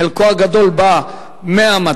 חלקו הגדול בא מהמתנ"ס,